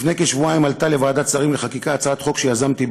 לפני כשבועיים עלתה לוועדת השרים לחקיקה הצעת חוק שיזמתי,